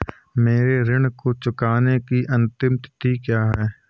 मेरे ऋण को चुकाने की अंतिम तिथि क्या है?